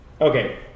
Okay